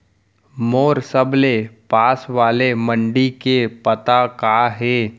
मोर सबले पास वाले मण्डी के पता का हे?